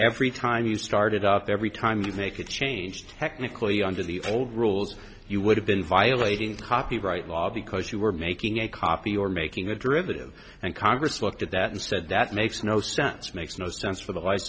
every time you started up every time you make a change technically under the old rules you would have been violating copyright law because you were making a copy or making a derivative and congress looked at that and said that makes no sense makes no sense for the li